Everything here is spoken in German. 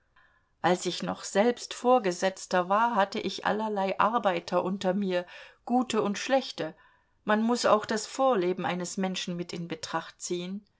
als ich noch selbst vorgesetzter war hatte ich allerlei arbeiter unter mir gute und schlechte man muß auch das vorleben eines menschen mit in betracht ziehen